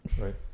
right